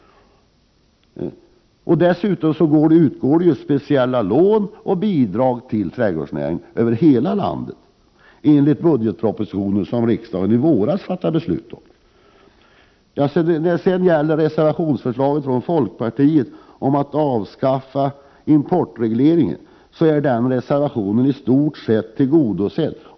Dessutom utgår speciella lån och bidrag till trädgårdsnäringen i hela landet enligt den budgetproposition varom riksdagen fattade beslut i våras. Folkpartiet har väckt en reservation om avskaffande av importregleringen m.m. Kravet i den reservationen är i stort sett redan tillgodosett.